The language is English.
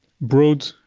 broad